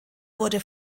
wurde